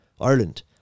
Ireland